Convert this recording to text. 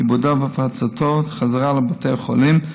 עיבודו והפצתו בחזרה לבתי החולים,